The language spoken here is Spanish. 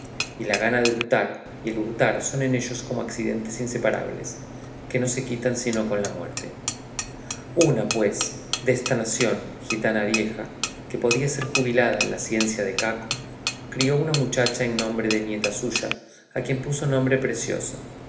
y la gana del hurtar y el hurtar son en ellos como accidentes inseparables que no se quitan sino con la muerte una pues desta nación gitana vieja que podía ser jubilada en la ciencia de caco crió una muchacha en nombre de nieta suya a quien puso nombre preciosa